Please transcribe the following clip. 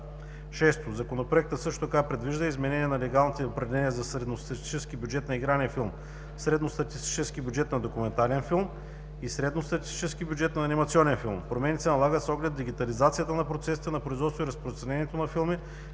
Законопроектът също така предвижда изменение на легалните определения за средностатистически бюджет на игрален филм, средностатистически бюджет на документален филм и средностатистически бюджет на анимационен филм. Промените се налагат с оглед дигитализацията на процесите на производството и разпространението на филми,